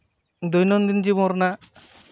ᱫᱳᱭᱱᱳᱱᱫᱤᱱ ᱡᱤᱵᱚᱱ ᱨᱮᱱᱟᱜ